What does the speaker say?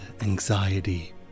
anxiety